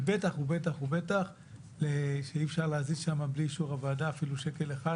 ובטח ובטח ובטח שאי-אפשר להזיז שם בלי אישור הוועדה אפילו שקל אחד,